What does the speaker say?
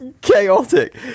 chaotic